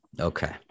Okay